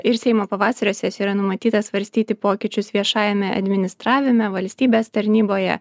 ir seimo pavasario sesijoje yra numatyta svarstyti pokyčius viešajame administravime valstybės tarnyboje